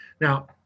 Now